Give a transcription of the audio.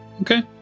Okay